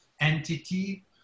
entity